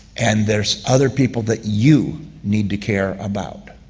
and there's other people that you need to care about.